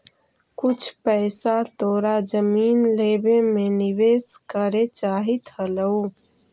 कुछ पइसा तोरा जमीन लेवे में निवेश करे चाहित हलउ